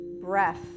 breath